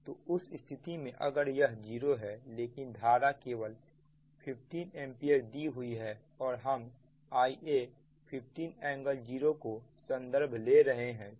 तो उस स्थिति में अगर यह 0 है लेकिन धारा केवल 15 एंपियर दी हुई है और हम Ia 15 ∟0 को संदर्भ ले रहे हैं